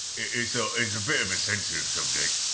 a so a so bit of a sensitive subject.